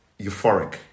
euphoric